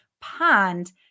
pond